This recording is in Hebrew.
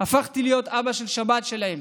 הפכתי להיות אבא של שבת שלהם.